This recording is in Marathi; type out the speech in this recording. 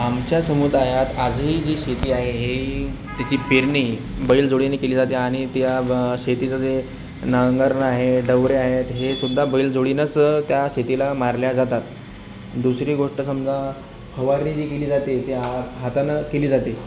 आमच्या समुदायात आजही जी शेती आहे ही तिची पेरणी बैलजोडीने केली जाते आणि त्या शेतीचं जे नांगरण आहे डवरे आहे हेसुद्धा बैल जोडीनंच त्या शेतीला मारल्या जातात दुसरी गोष्ट समजा फवारणी जी केली जाते ती हा हातानं केली जाते